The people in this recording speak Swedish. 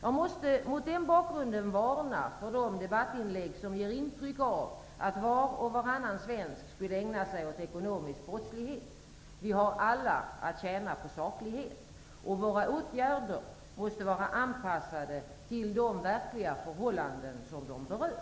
Jag måste mot den bakgrunden varna för de debattinlägg som ger intryck av att var och varannan svensk skulle ägna sig åt ekonmisk brottslighet. Vi har alla att tjäna på saklighet. Och våra åtgärder måste vara anpassade till de verkliga förhållanden som de berör.